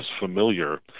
familiar